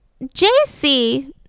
jc